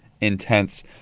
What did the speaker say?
intense